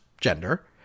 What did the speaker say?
gender